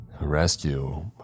Rescue